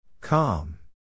Calm